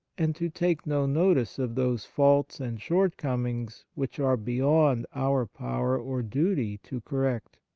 and to take no notice of those faults and shortcomings which are beyond our power or duty to correct?